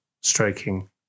striking